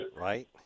right